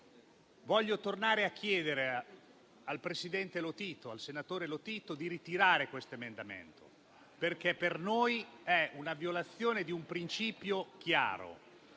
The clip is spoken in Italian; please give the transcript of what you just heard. Voglio tornare a chiedere al senatore Lotito di ritirare questo emendamento, perché per noi è la violazione di un principio chiaro: